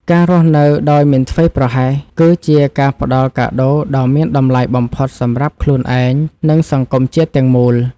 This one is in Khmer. ការរស់នៅដោយមិនធ្វេសប្រហែស គឺជាការផ្តល់កាដូដ៏មានតម្លៃបំផុតសម្រាប់ខ្លួនឯង និងសង្គមជាតិទាំងមូល។